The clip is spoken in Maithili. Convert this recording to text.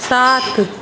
सात